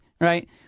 Right